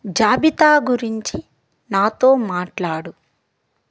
జాబితా గురించి నాతో మాట్లాడు